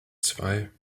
zwei